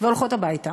והולכות הביתה.